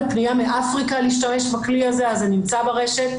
פניה מאפריקה להשתמש בכלי הזה אז זה נמצא ברשת,